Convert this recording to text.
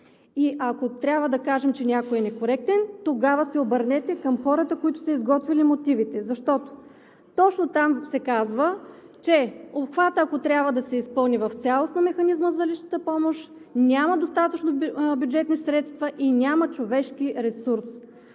И ако трябва да кажем, че някой е некоректен, тогава се обърнете към хората, които са изготвили мотивите. Защото точно там се казва, че обхватът, ако трябва да се изпълни в цялост механизмът за личната помощ, няма достатъчно бюджетни средства и няма човешки ресурс.